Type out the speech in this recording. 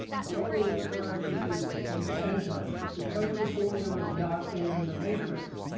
close parenthesis, and enter. because the formula is not in the matrix,